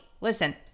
listen